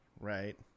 right